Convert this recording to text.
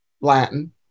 Latin